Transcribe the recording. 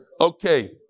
okay